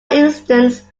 instance